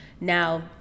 Now